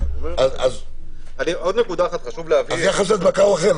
יחס הדבקה הוא אחר.